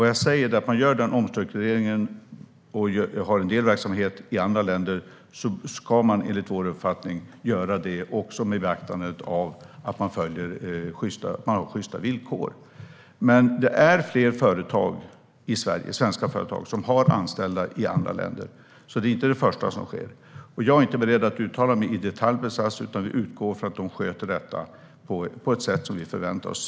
Vad jag säger är: När man gör den omstruktureringen och har en del verksamhet i andra länder ska man enligt vår uppfattning göra det med beaktande av att man har sjysta villkor. Men det är fler svenska företag som har anställda i andra länder. Detta är alltså inte det första som sker. Jag är inte beredd att uttala mig i detalj om SAS, utan jag utgår från att de sköter detta på ett sätt som vi förväntar oss.